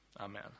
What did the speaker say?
Amen